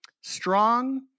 strong